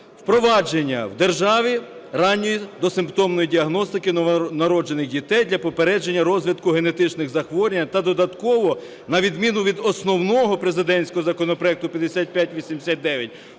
впровадження в державі ранньої досимптомної діагностики новонароджених дітей для попередження розвитку генетичних захворювань. Та додатково, на відміну від основного президентського законопроекту 5589,